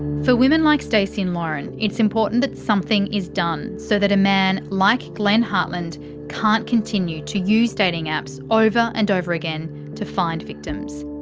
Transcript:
for women like stacey and lauren, it's important that something is done so that a man like glenn hartland can't continue to use dating apps over and over again to find victims.